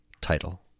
title